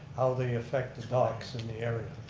how they effect the docks in the area.